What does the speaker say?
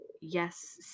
yes